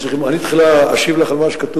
ישיב השר.